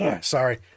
Sorry